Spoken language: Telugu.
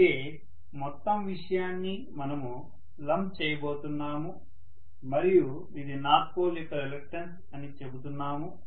అయితే మొత్తం విషయాన్ని మనము లంప్ చేయబోతున్నాము మరియు ఇది నార్త్ పోల్ యొక్క రిలక్టన్స్ అని చెబుతున్నాము